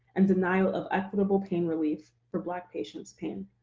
and denial of equitable pain relief for black patients' pain.